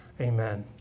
amen